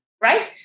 right